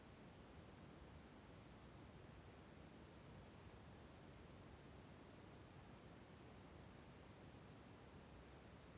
ನಾನು ನನ್ನ ಉತ್ಪನ್ನವಾದ ಗೋಧಿಯನ್ನು ಎಷ್ಟು ಸಮಯದವರೆಗೆ ಮತ್ತು ಹೇಗೆ ಸಂಗ್ರಹಣೆ ಮಾಡಬಹುದು?